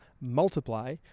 multiply